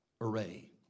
array